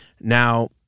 Now